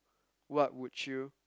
what would you